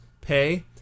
pay